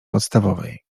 podstawowej